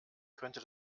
könnte